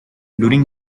during